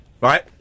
Right